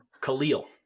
Khalil